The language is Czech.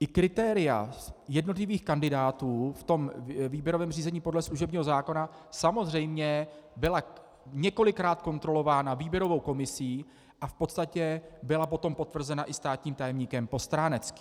i kritéria jednotlivých kandidátů v tom výběrovém řízení podle služebního zákona samozřejmě byla několikrát kontrolována výběrovou komisí a v podstatě byla potom potvrzena i státním tajemníkem Postráneckým.